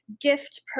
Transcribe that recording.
gift